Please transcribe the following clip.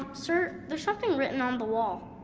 um sir? there's something written on the wall.